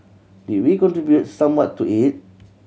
did we contribute somewhat to it